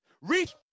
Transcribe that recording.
Reach